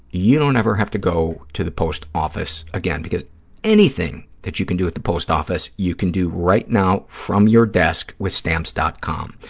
you don't ever have to go to the post office again because anything that you can do at the post office you can do right now from your desk with stamps. com.